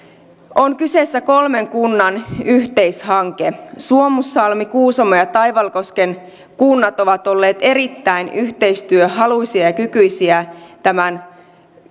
on kolmen kunnan yhteishanke suomussalmen kuusamon ja taivalkosken kunnat ovat olleet erittäin yhteistyöhaluisia ja kykyisiä tämän